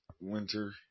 winter